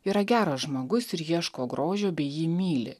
yra geras žmogus ir ieško grožio bei jį myli